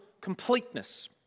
completeness